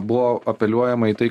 buvo apeliuojama į tai